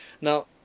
now